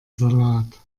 salat